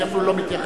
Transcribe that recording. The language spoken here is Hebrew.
אני אפילו לא מתייחס.